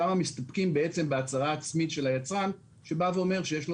שם מסתפקים בהצהרה עצמית של היצרן שבא ואומר שיש לו